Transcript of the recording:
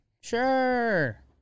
Sure